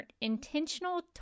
intentional